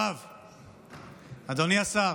אדוני השר,